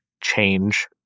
change